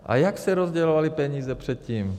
A jak se rozdělovaly peníze předtím?